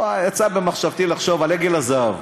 יצא במחשבתי לחשוב על עגל הזהב.